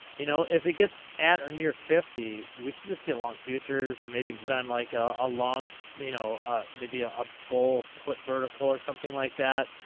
you know if it gets at or near fifty, we should just get long futures, or maybe and put on like a ah long you know ah maybe ah a bull put vertical or something like that.